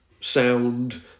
sound